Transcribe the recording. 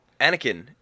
Anakin